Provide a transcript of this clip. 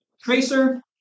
Tracer